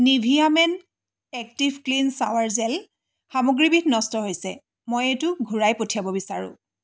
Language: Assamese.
Nivea men active clean shower gel সামগ্ৰীবিধ নষ্ট হৈছে মই এইটো ঘূৰাই পঠিয়াব বিচাৰোঁ